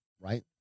Right